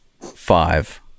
five